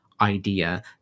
idea